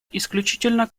исключительно